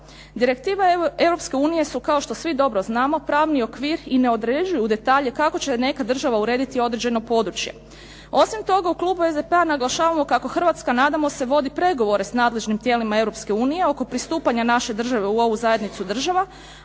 unije su, kao što svi dobro znamo, pravni okvir i ne određuju detalje kako će neka država urediti određeno područje. Osim toga, u klubu SDP-a naglašavamo kako Hrvatska, nadamo se, vodi pregovore sa nadležnim tijelima Europske unije oko pristupanja naše države u ovu zajednicu država,